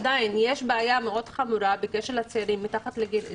עדיין יש בעיה מאוד חמורה בקשר לצעירים מתחת לגיל 20,